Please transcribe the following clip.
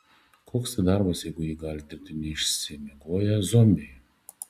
koks tai darbas jeigu jį gali dirbti neišsimiegoję zombiai